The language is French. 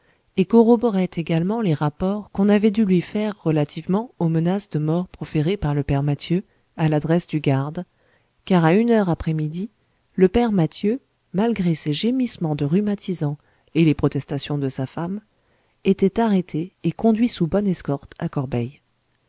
et corroborait également les rapports qu'on avait dû lui faire relativement aux menaces de mort proférées par le père mathieu à l'adresse du garde car à une heure après-midi le père mathieu malgré ses gémissements de rhumatisant et les protestations de sa femme était arrêté et conduit sous bonne escorte à